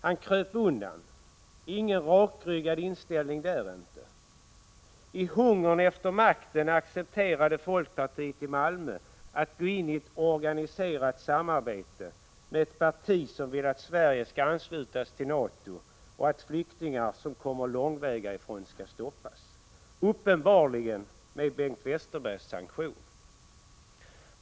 Han kröp undan. Ingen rakryggad inställning där inte. I hungern efter makten accepterade folkpartiet i Malmö ett grinigt organiserat samarbete, uppenbarligen med Bengt Westerbergs sanktion, med ett parti som vill att Sverige skall anslutas till NATO och att flyktingar som kommer långväga ifrån skall stoppas.